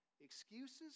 Excuses